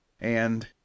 and—